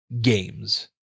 games